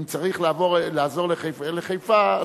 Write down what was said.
אם צריך לעזור לחיפה,